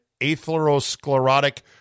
atherosclerotic